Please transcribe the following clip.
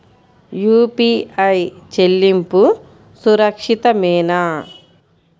UPI చెల్లింపు సురక్షితమేనా?